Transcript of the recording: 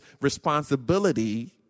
responsibility